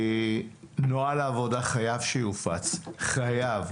חובה להפיץ נוהל עבודה,